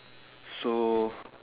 so